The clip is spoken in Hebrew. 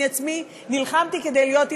אני עצמי נלחמתי כדי להיות אימא.